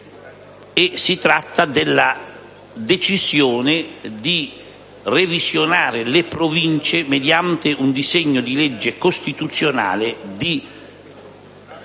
donne; la decisione di revisionare le Province mediante un disegno di legge costituzionale di